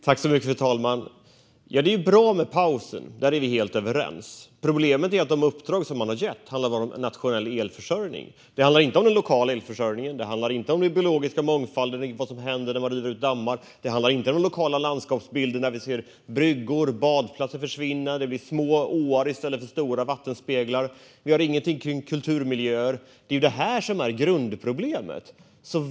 Fru talman! Det är bra med pausen; där är vi helt överens. Problemet är att de uppdrag man har gett bara handlar om nationell elförsörjning. Det handlar inte om den lokala elförsörjningen. Det handlar inte om den biologiska mångfalden och vad som händer när man river ut dammar eller om den lokala landskapsbilden, där vi ser bryggor och badplatser försvinna och det blir små åar i stället för stora vattenspeglar. Det handlar inte om kulturmiljöer. Det är detta som är grundproblemet.